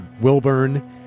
Wilburn